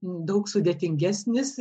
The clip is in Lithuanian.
daug sudėtingesnis